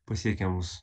pasiekia mus